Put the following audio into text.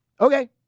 okay